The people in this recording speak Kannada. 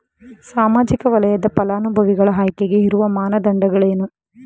ಸಾಮಾಜಿಕ ವಲಯದ ಫಲಾನುಭವಿಗಳ ಆಯ್ಕೆಗೆ ಇರುವ ಮಾನದಂಡಗಳೇನು?